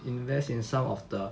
invest in some of the